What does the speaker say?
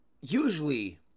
usually